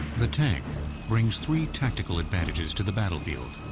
the tank brings three tactical advantages to the battlefield